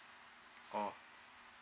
orh